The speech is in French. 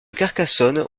carcassonne